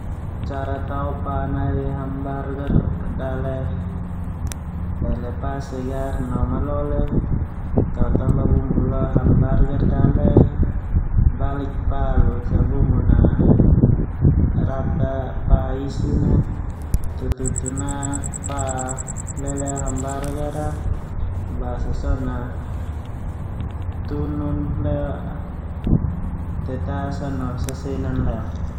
Cara tao pa nai hamburger dale, hele pa sa segar no malole, tao tamba bumbu hamburger dale, balik pa losa bumbu a merata pa isina, tutu na pa leleo humburger, basa sona tunun leo tetesan leo sesenan leo.